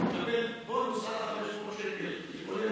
יקבל בונוס על ה-500 שקל.